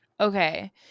Okay